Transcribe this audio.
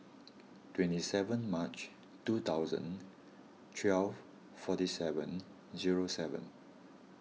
twenty seven March two thousand twelve forty seven zero seven